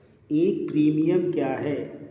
एक प्रीमियम क्या है?